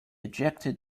ejected